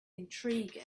intrigue